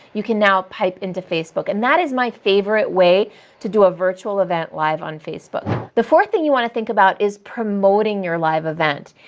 you can now pipe into facebook. and that is my favorite way to do a virtual event live on facebook. the fourth thing you want to think about is promoting your live event.